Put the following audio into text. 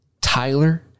Tyler